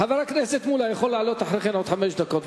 חבר הכנסת מולה יכול לעלות אחרי כן עוד לחמש דקות,